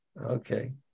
Okay